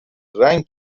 رنگ